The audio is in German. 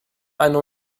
eine